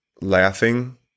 laughing